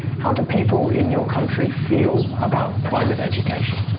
how do people in your country feel about private education?